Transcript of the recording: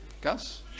Gus